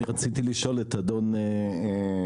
אני רציתי לשאול את אדון לוינגר,